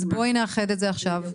אז בואו נאחד את זה עכשיו.